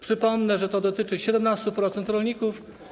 Przypomnę, że to dotyczy 17% rolników.